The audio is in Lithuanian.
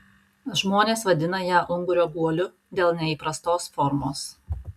žmonės vadina ją ungurio guoliu dėl neįprastos formos